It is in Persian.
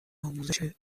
آموزش